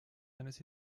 eines